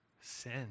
sin